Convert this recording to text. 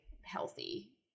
healthy